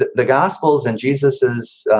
the the gospels and jesus, as